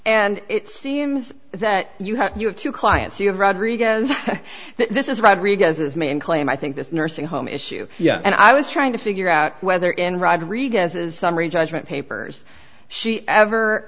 and it seems that you have you have two clients you have rodriguez this is rodriguez's main claim i think the nursing home issue yeah and i was trying to figure out whether in rodriguez's summary judgment papers she ever